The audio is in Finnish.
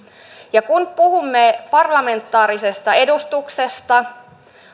kun puhumme parlamentaarisesta edustuksesta